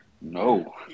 No